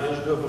התש"ע